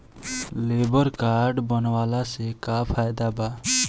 Labour card बनवाला से का फायदा बा?